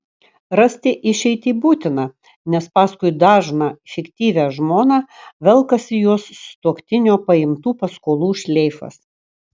rasti išeitį būtina nes paskui dažną fiktyvią žmoną velkasi jos sutuoktinio paimtų paskolų šleifas